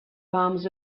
palms